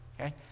okay